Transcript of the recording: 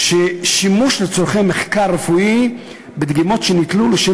"(ז) שימוש לצורכי מחקר רפואי בדגימות שניטלו לשם